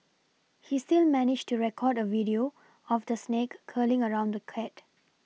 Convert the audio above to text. he still managed to record a video of the snake curling around the cat